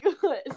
good